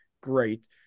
great